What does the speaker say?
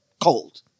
cold